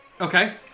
Okay